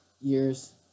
years